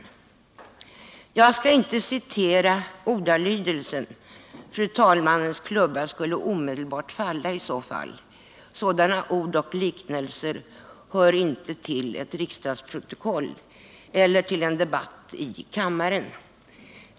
Jag skall inte citera ordalydelsen. Fru talmannens klubba skulle omedelbart falla i så fall — sådana ord och liknelser hör inte till ett riksdagsprotokoll eller en debatt i kammaren.